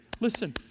Listen